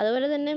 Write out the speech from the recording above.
അതുപോലെതന്നെ